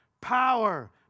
power